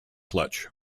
clutch